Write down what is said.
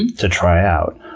to try out.